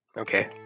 Okay